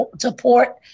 support